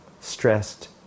stressed